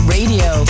Radio